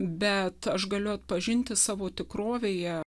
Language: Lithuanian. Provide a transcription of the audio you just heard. bet aš galiu atpažinti savo tikrovėje